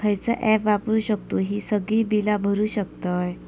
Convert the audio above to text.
खयचा ऍप वापरू शकतू ही सगळी बीला भरु शकतय?